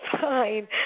fine